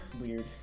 weird